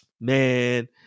man